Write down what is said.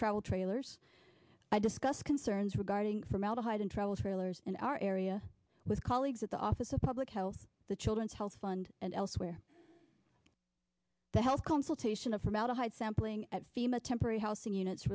travel trailers i discussed concerns regarding formaldehyde in travel trailers in our area with colleagues at the office of public health the children's health fund and elsewhere the health consultation of formaldehyde sampling at fema temporary housing units